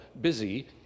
busy